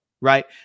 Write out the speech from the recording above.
right